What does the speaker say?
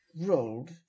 rolled